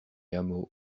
hameaux